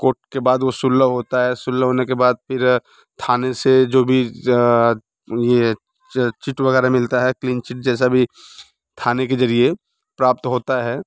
court के बाद वो सुलह होती है सुलह होने के बाद फिर थाने से जो भी ये चिट वग़ैरह मिलती है क्लीन चिट जैसा भी थाने के ज़रिए प्राप्त होता है